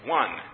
one